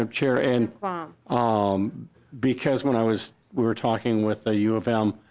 um chair. and um um because when i was we were talking with a u of m